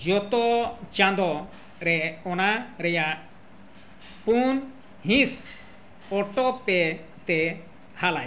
ᱡᱚᱛᱚ ᱪᱟᱸᱫᱚ ᱨᱮ ᱚᱱᱟ ᱨᱮᱭᱟᱜ ᱯᱩᱱ ᱦᱤᱸᱥ ᱚᱴᱳ ᱯᱮᱹᱛᱮ ᱦᱟᱞᱟᱭ ᱢᱮ